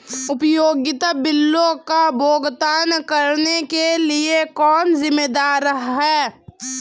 उपयोगिता बिलों का भुगतान करने के लिए कौन जिम्मेदार है?